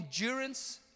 endurance